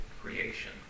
creation